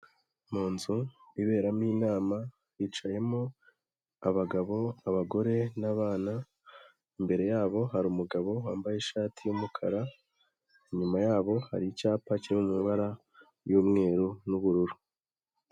Mu nzu iberamo inama hicayemo abagabo, abagore n'abana, imbere yabo hari umugabo wambaye ishati y'umukara, inyuma yabo hari icyapa kiri mu mabara y'umweru n'ubururu.